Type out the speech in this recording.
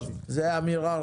זאת אמירה.